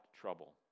trouble